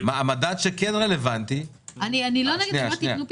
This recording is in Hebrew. המדד שכן רלבנטי זה